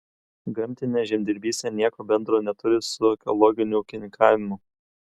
gamtinė žemdirbystė nieko bendro neturi su ekologiniu ūkininkavimu